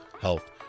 health